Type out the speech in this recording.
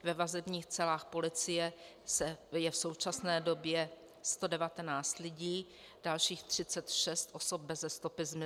Ve vazebních celách policie je v současné době 119 lidí, dalších 36 osob beze stopy zmizelo.